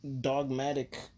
dogmatic